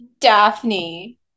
Daphne